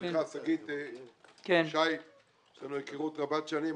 שיש לנו היכרות רבת שנים.